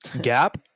gap